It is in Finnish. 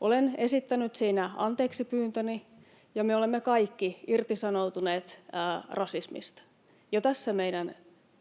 Olen esittänyt siinä anteeksipyyntöni, ja me olemme kaikki irtisanoutuneet rasismista jo tässä meidän